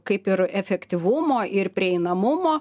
kaip ir efektyvumo ir prieinamumo